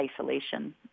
isolation